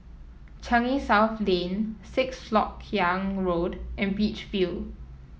Changi South Lane Sixth LoK Yang Road and Beach View